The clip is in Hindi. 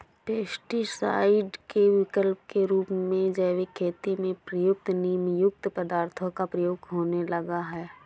पेस्टीसाइड के विकल्प के रूप में जैविक खेती में प्रयुक्त नीमयुक्त पदार्थों का प्रयोग होने लगा है